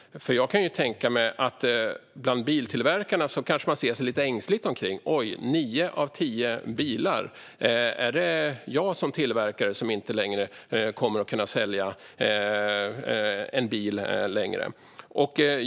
Jag kan ju tänka mig att man bland biltillverkarna ser sig ängsligt omkring: Oj, nio av tio bilar! Är det jag som tillverkare som inte längre kommer att kunna sälja en bil?